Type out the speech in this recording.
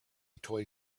toy